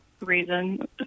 reason